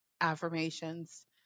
affirmations